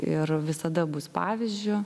ir visada bus pavyzdžiu